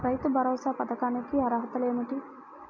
రైతు భరోసా పథకానికి అర్హతలు ఏమిటీ?